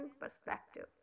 perspective